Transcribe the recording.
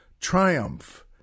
triumph